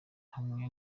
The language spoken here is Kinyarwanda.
hamwe